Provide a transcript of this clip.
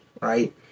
right